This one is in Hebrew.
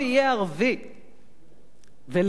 ולהיפך.